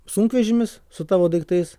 sunkvežimis su tavo daiktais